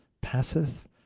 passeth